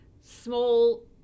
small